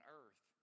earth